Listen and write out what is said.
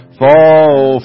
fall